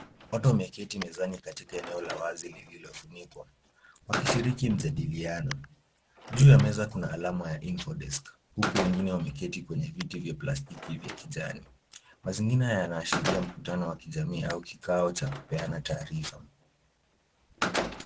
Watu wameketi mezani katika eneo la wazi lililofunikwa wakishiriki mjadiliano. Juu ya meza kuna alama ya Info Desk . Huku wengine wameketi kwenye viti vya plastiki vya kijani. Mazingira yanaashiria mkutano wa kijamii au kikao cha kupeana taarifa.